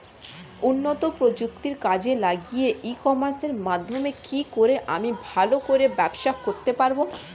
উন্নত প্রযুক্তি কাজে লাগিয়ে ই কমার্সের মাধ্যমে কি করে আমি ভালো করে ব্যবসা করতে পারব?